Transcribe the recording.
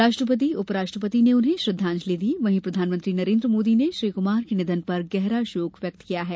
राष्ट्रपति उपराष्ट्रपति ने उन्हें श्रद्धांजलि दी वहीं प्रधानमंत्री नरेन्द्र मोदी ने श्री कुमार के निधन पर गहरा शोक व्यक्त किया है